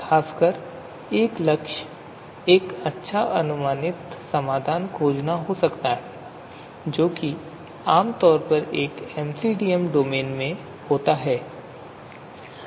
खासकर जब लक्ष्य एक अच्छा अनुमानित समाधान खोजना होता है जो आमतौर पर एमसीडीएम डोमेन में होता है